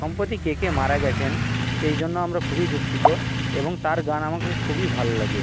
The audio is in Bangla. সম্পোতি কে কে মারা গেছেন সেই জন্য আমরা খুবই দুঃখিত এবং তার গান আমাকে খুবই ভাল লাগে